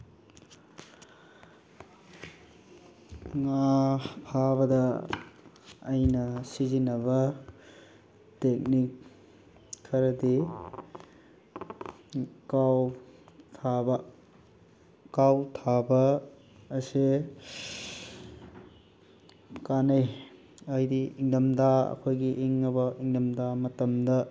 ꯉꯥ ꯐꯥꯕꯗ ꯑꯩꯅ ꯁꯤꯖꯤꯟꯅꯕ ꯇꯦꯛꯅꯤꯛ ꯈꯔꯗꯤ ꯀꯥꯎ ꯊꯥꯕ ꯀꯥꯎ ꯊꯥꯕ ꯑꯁꯦ ꯀꯥꯟꯅꯩ ꯍꯥꯏꯗꯤ ꯏꯪꯊꯝꯊꯥ ꯑꯩꯈꯣꯏꯒꯤ ꯏꯪꯉꯕ ꯏꯪꯊꯝꯊꯥ ꯃꯇꯝꯗ